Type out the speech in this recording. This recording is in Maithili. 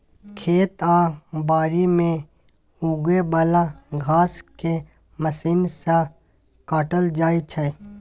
खेत आ बारी मे उगे बला घांस केँ मशीन सँ काटल जाइ छै